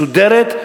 מסודרת,